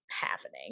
happening